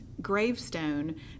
gravestone